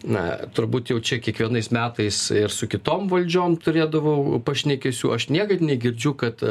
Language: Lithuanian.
na turbūt jau čia kiekvienais metais ir su kitom valdžiom turėdavau pašnekesių aš niekad negirdžiu kad